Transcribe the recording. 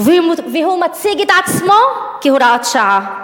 והוא מציג את עצמו כהוראת שעה,